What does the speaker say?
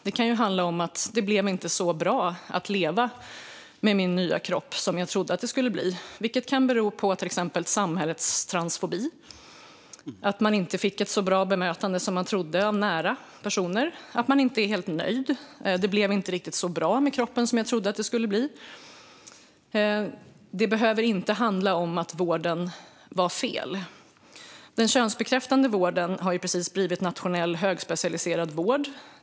Det kan handla om att det inte blev så bra att leva med min nya kropp som jag trodde att det skulle bli, vilket kan bero på till exempel samhällets transfobi, att man inte fick ett så bra bemötande som man trodde av nära personer eller att man inte är helt nöjd; det blev inte riktigt så bra med kroppen som jag trodde att det skulle bli. Det behöver inte handla om att vården var fel. Den könsbekräftande vården har precis blivit nationell högspecialiserad vård.